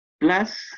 plus